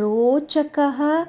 रोचकः